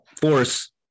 force